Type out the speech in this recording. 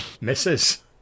Misses